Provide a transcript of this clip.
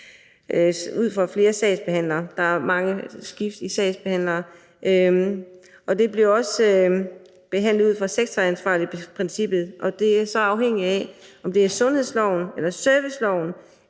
af flere sagsbehandlere, der er mange skiftende sagsbehandlere. Sagerne bliver også behandlet ud fra sektoransvarlighedsprincippet, så behandlingen er afhængig af, om det er efter sundhedsloven eller efter serviceloven,